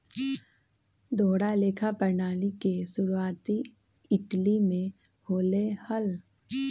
दोहरा लेखा प्रणाली के शुरुआती इटली में होले हल